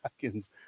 seconds